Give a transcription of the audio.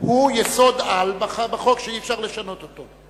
הוא יסוד-על בחוק שאי-אפשר לשנות אותו?